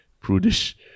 prudish